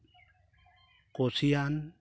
ᱠᱩᱥᱤᱭᱟᱱ